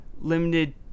limited